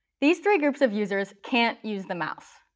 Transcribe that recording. these three groups of users can't use the mouse.